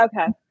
Okay